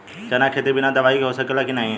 चना के खेती बिना दवाई के हो सकेला की नाही?